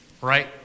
right